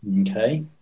Okay